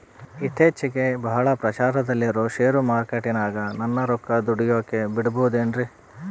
ಇತ್ತೇಚಿಗೆ ಬಹಳ ಪ್ರಚಾರದಲ್ಲಿರೋ ಶೇರ್ ಮಾರ್ಕೇಟಿನಾಗ ನನ್ನ ರೊಕ್ಕ ದುಡಿಯೋಕೆ ಬಿಡುಬಹುದೇನ್ರಿ?